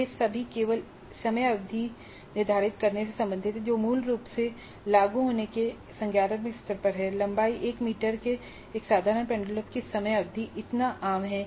वे सभी केवल समय अवधि निर्धारित करने से संबंधित हैं जो मूल रूप से लागू होने के संज्ञानात्मक स्तर पर है लंबाई 1 मीटर के एक साधारण पेंडुलम की समय अवधि इतना आम है